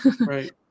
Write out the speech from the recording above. Right